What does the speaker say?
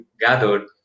gathered